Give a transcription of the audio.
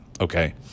okay